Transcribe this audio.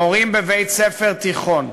מורים בבית-ספר תיכון,